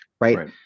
right